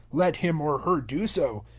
let him or her do so.